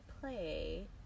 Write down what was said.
play